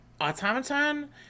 Automaton